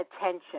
attention